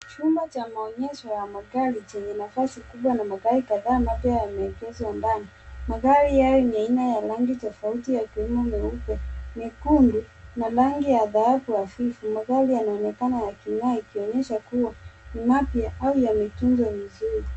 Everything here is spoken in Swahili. Chumba cha maonyesho ya magari chenye nafasi kubwa na magari kadhaa moja yameegezwa ndani. Magari haya ni ya aina ya rangi tofauti yakiwemo meupe, mekundu na rangi ya dhahabu hafifu. Magari yanaonekana yakingaa ikionyesha kuwa ni mapya au yametunzwa vizuri.